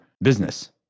Business